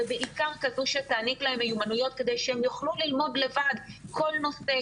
ובעיקר כזו שתעניק להם מיומנויות כדי שהם יוכלו ללמוד לבד כל נושא,